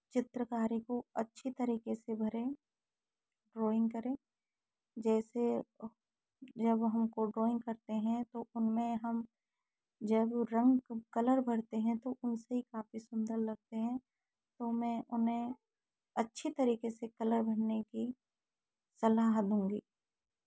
चित्रकारी को अच्छी तरीके से भरें ड्राॅइंग करें जैसे जब हमको ड्राॅइंग करते हैं तो उनमें हम जब रंग कलर भरते हैं तो उनसे काफ़ी सुंदर लगते हैं तो मैं उन्हें अच्छी तरीके से कलर भरने की सलाह दूँगी